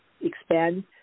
expand